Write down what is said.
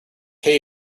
hay